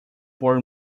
board